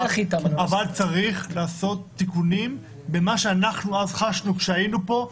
אבל צריך לעשות תיקונים במה שאנחנו אז חשנו כשהיינו פה,